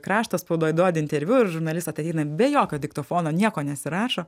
krašto spaudoj duodi interviu ir žurnalistai ateina be jokio diktofono nieko nesirašo